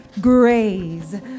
graze